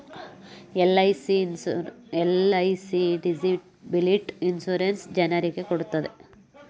LIC disability insurance ಜನರಿಗೆ ಕೊಡ್ತಿದೆ